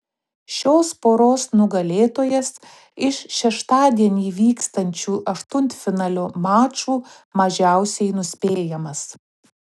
šios poros nugalėtojas iš šeštadienį vykstančių aštuntfinalio mačų mažiausiai nuspėjamas